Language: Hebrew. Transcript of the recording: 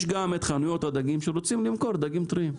יש גם את חנויות הדגים שרוצות למכור דגים טריים,